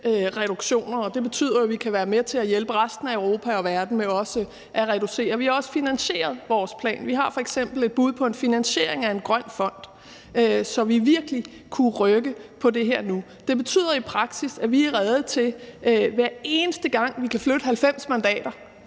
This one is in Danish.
reduktioner, og det betyder, at vi kan være med til at hjælpe resten af Europa og verden med også at reducere. Vi har også finansieret vores plan. Vi har f.eks. et bud på en finansiering af en grøn fond, så vi virkelig kunne rykke på det her nu. Det betyder i praksis, at vi er rede til, hver eneste gang vi kan flytte 90 mandater